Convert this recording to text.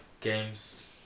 Games